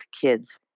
kids